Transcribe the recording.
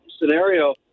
scenario